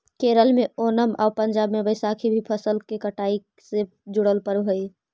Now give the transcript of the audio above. केरल में ओनम आउ पंजाब में बैसाखी भी फसल के कटाई से जुड़ल पर्व हइ